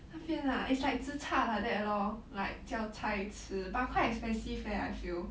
那边 ah it's like zi char like that lor like 叫菜吃 but quite expensive eh I feel